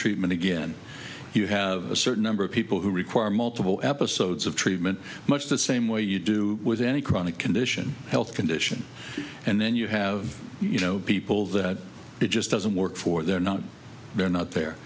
treatment again you have a certain number of people who require multiple episodes of treatment much the same way you do with any chronic condition health condition and then you have you know people that it just doesn't work for they're not they're not the